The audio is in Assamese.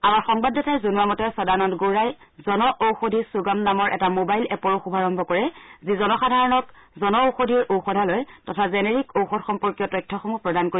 আমাৰ সংবাদদাতাই জনোৱা মতে সদানন্দ গৌড়াই জনঔষধি চুগম নামৰ এটা মোবাইল এপৰো শুভাৰম্ভ কৰে যি জনসাধাৰণৰ জনঔষধি ঔষধালয় তথা জেনেৰিক ঔষধ সম্পৰ্কীয় তথ্যসমূহ প্ৰদান কৰিব